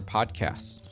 podcasts